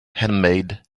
handmade